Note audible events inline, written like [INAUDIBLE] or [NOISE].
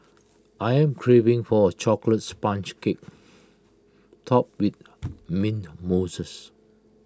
I am craving for A Chocolates Sponge Cake Topped with mint [UNINTELLIGIBLE]